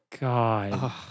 God